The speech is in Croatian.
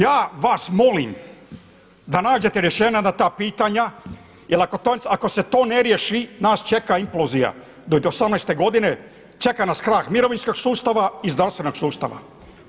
Ja vas molim da nađete rješenja na ta pitanja jel ako se to ne riješi nas čeka implozija do '18. godine, čeka nas krah mirovinskog sustava i zdravstvenog sustava.